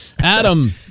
adam